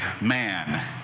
man